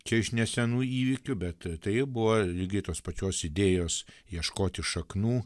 čia iš nesenų įvykių bet tai buvo lygiai tos pačios idėjos ieškoti šaknų